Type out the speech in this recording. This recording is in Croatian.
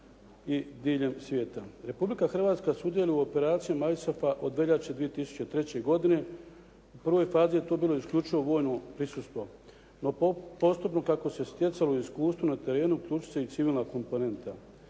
i diljem svijeta. Republika Hrvatska sudjeluje u operaciji MAJSOPA od veljače 2003. godine, u prvoj fazi je to bilo isključivo vojno prisustvo, no postupno kako se stjecalo iskustvo na terenu uključit će i civilna komponenta.